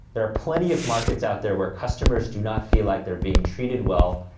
there're plenty of markets out there where customers do not feel like they're being treated well,